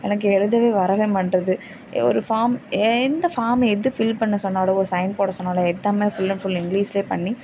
எனக்கு எழுதவே வரவே மாட்டுது ஒரு ஃபார்ம் எந்த ஃபார்ம் எது ஃபில் பண்ண சொன்னாலும் ஒரு சைன் போட சொன்னாலோ எடுத்தோம்னா ஃபுல் அண்ட் ஃபுல் இங்கிலிஷ்லேயே பண்ணி